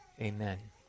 Amen